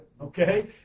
Okay